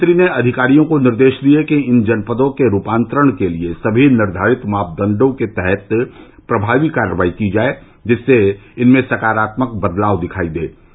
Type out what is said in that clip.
मुख्यमंत्री ने अधिकारियों को निर्देष दिये कि इन जनपदों के रूपान्तरण के लिए सभी निर्धारित मापदण्डों के तहत प्रभावी कार्यवाही की जाए जिससे इनमें सकारात्मक बदलाव दिखाई दे